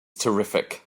terrific